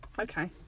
okay